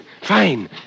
Fine